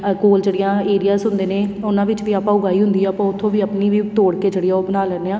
ਅ ਕੋਲ ਜਿਹੜੀਆਂ ਏਰੀਆਜ ਹੁੰਦੇ ਨੇ ਉਹਨਾਂ ਵਿੱਚ ਵੀ ਆਪਾਂ ਉਗਾਈ ਹੁੰਦੀ ਆ ਆਪਾਂ ਉੱਥੋਂ ਵੀ ਆਪਣੀ ਵੀ ਤੋੜ ਕੇ ਜਿਹੜੀ ਉਹ ਬਣਾ ਲੈਂਦੇ ਹਾਂ